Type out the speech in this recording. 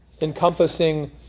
encompassing